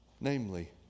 namely